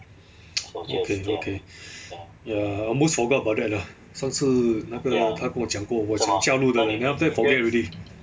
okay okay ya I almost forgot about that lah 上次那个他跟我讲过我想加入的 then after that forget already